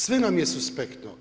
Sve nam je suspektno.